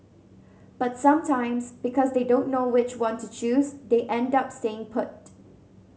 but sometimes because they don't know which one to choose they end up staying put